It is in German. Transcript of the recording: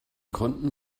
konnten